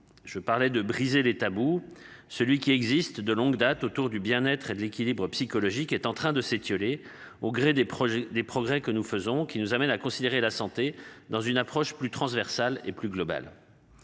Je parlais de briser les tabous. Celui qui existe de longue date autour du bien-être et de l'équilibre psychologique est en train de s'étioler au gré des projets des progrès que nous faisons qui nous amène à considérer la santé dans une approche plus transversale et plus globale.